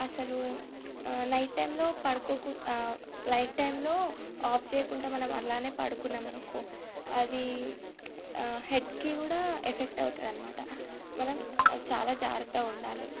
అసలు నైట్ టైమ్లో పడుకోకుం లైట్ టైమ్లో ఆఫ్ చేయకుంట మనం అట్లానే పడుకున్నాం అనుకో అది హెడ్కి కూడా ఎఫెక్ట్ అవుతుందన్నమాట మనం చాలా జాగ్రత్తగా ఉండాలి